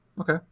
Okay